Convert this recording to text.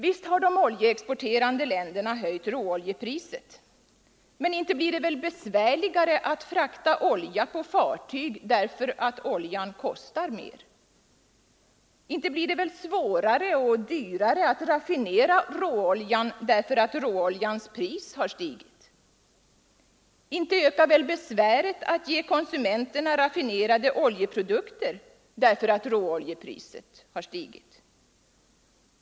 Visst har de oljeexporterande länderna höjt råvarupriset — men inte blir det väl besvärligare att frakta olja på fartyg därför att oljan kostar mera? Inte blir det väl svårare och dyrare att raffinera råoljan därför att råoljans pris har stigit? Inte ökar väl besväret att ge konsumenterna raffinerade oljeprodukter därför att råoljepriset stigit?